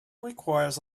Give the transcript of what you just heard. requires